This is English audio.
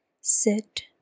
Sit